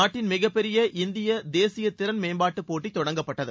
நாட்டின் மிகப் பெரிய இந்திய தேசிய திறன் மேம்பாட்டு போட்டி தொடங்கப்பட்டது